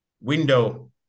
window